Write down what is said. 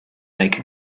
make